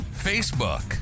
Facebook